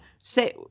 say